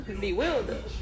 bewildered